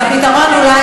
זהבה,